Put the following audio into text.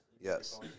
yes